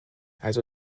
also